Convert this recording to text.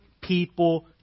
people